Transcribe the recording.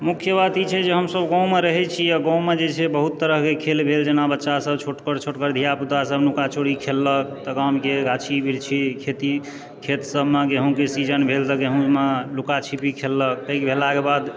मुख्य बात ई छै जे हमसब गाँवमे रहै छी आ गाँवमे जे छै बहुत तरहकेँ खेल भेल जेना बच्चा सब छोटगर छोटगर धियापुता सब नुकाचोरी खेललक तऽ गामके गाछी बिरछी खेती खेत सबमे गेहूँके सीजन भेल तऽ गेहूँमे लुकाछिपी खेललक पैघ भेलाके बाद